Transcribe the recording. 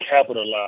capitalize